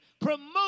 promote